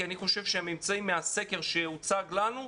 כי אני חושב שהממצאים מהסקר שהוצג לנו,